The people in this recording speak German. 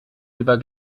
lieber